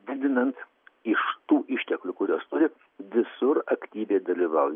didinant iš tų išteklių kuriuos turi visur aktyviai dalyvau